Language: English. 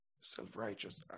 Self-righteous